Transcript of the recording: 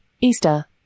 Easter